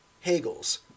Hegel's